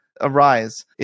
arise